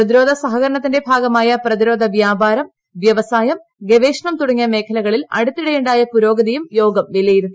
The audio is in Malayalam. പ്രതിരോധ സഹകരണത്തിന്റെ ഭാഗമായ പ്രതിരോധ വൃാപാരം വൃവസായം ഗവേഷണം തുടങ്ങിയ മേഖലകളിൽ അടുത്തിടെയുണ്ടായ പുരോഗതിയും യോഗം വിലയിരുത്തി